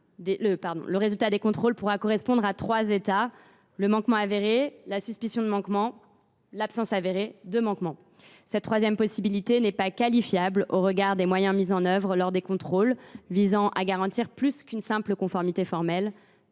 le résultat des contrôles pourra correspondre à trois états : le manquement avéré, la suspicion de manquement ou l’absence avérée de manquement. Cette troisième possibilité n’est pas qualifiable au regard des moyens mis en œuvre lors des contrôles visant à garantir plus qu’une simple conformité formelle.